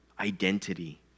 identity